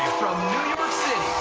from new york city,